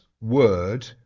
word